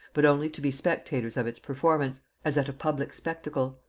but only to be spectators of its performance as at a public spectacle.